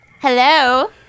Hello